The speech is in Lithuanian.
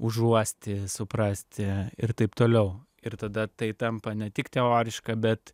užuosti suprasti ir taip toliau ir tada tai tampa ne tik teoriška bet